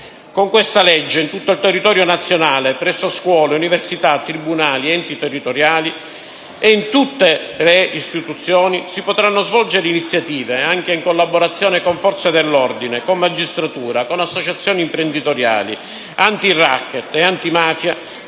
Con questa legge in tutto il territorio nazionale, presso scuole, università, tribunali, enti territoriali e in tutte le istituzioni, si potranno svolgere iniziative, anche in collaborazione con forze dell'ordine, con la magistratura, con associazioni imprenditoriali, antiracket e antimafia,